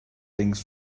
things